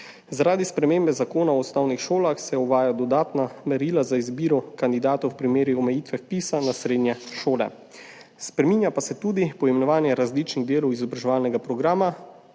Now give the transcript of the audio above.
Zaradi spremembe Zakona o osnovni šoli se uvaja dodatna merila za izbiro kandidatov v primeru omejitve vpisa na srednje šole. Spreminja pa se tudi poimenovanje različnih delov izobraževalnega programa,